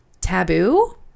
taboo